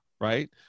right